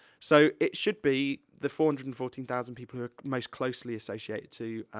so, it should be the four hundred and fourteen thousand people who are most closely associated to